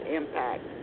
impact